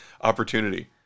opportunity